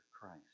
Christ